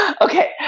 Okay